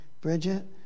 Bridget